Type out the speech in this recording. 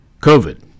COVID